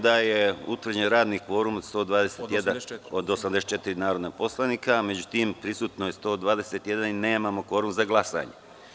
da je utvrđen radni kvorum od 84 narodna poslanika, međutim prisutno je 121 narodni poslanik i nemamo kvorum za glasanje.